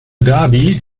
dhabi